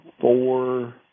four